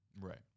Right